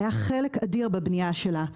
היה חלק אדיר בבנייה שלה.